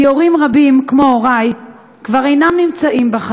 כי הורים רבים, כמו הורי, כבר אינם בחיים,